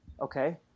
Okay